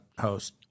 host